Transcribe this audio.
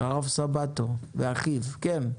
כן.